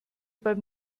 beim